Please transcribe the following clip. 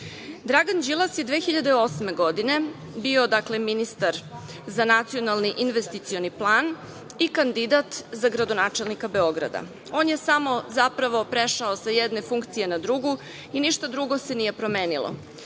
Đilas je 2008. godine bio, dakle, ministar za nacionalni investicioni plan i kandidat za gradonačelnika Beograda. On je samo zapravo prešao sa jedne funkcije na drugu i ništa drugo se nije promenilo.